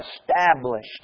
established